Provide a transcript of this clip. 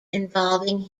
involving